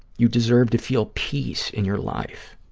you deserve to feel peace in your life.